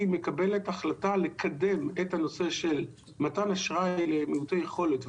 מקבלת החלטה לקדם את הנושא של מתן אשראי למעוטי יכולת,